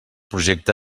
projecte